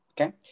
Okay